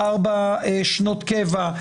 ארבע שנות קבע,